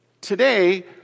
Today